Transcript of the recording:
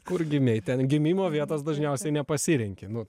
kur gimei ten gimimo vietos dažniausiai nepasirenki nu